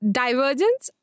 divergence